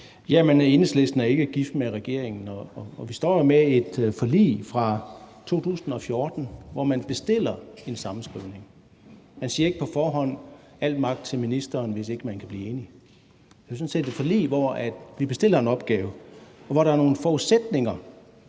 Jamen Enhedslisten er ikke gift med regeringen, og vi står med et forlig fra 2014, hvor man bestiller en sammenskrivning. Man siger ikke på forhånd: Al magt til ministeren, hvis man ikke kan blive enige. Og det er sådan set et forlig, hvor vi bestiller en opgave, hvor der er nogle forudsætninger